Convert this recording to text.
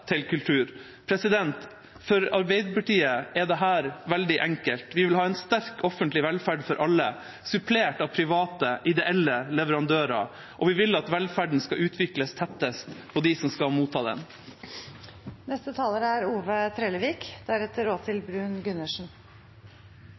til kultur.» For Arbeiderpartiet er dette veldig enkelt, vi vil ha en sterk offentlig velferd for alle, supplert av private, ideelle leverandører. Og vi vil at velferden skal utvikles tett på dem som skal motta den. Regjeringspartia har saman med Kristeleg Folkeparti her i Stortinget styrt landet trygt gjennom fleire år. Samfunnet vårt er